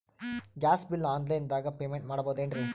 Gas bill online ದಾಗ payment ಮಾಡಬೋದೇನ್ರಿ?